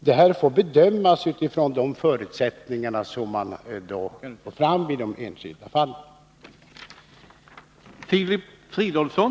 Frågan får bedömas utifrån de förutsättningar som kommer fram i de enskilda fallen.